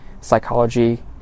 psychology